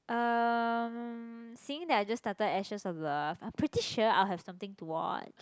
um seeing that I just started Actions-of-Love I'm pretty sure I'll have something to watch